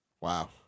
wow